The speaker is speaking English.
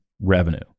revenue